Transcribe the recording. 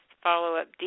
follow-up